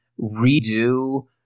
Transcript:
redo